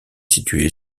situé